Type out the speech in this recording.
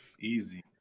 Easy